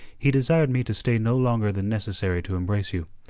he desired me to stay no longer than necessary to embrace you.